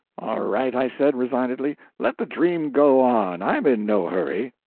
right, i said resignedly, let the dream go on i'm in no hurry.